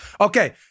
okay